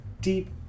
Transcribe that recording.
deep